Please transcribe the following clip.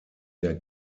der